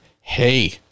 hey